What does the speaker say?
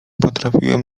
potrafiłem